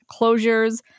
closures